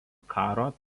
karo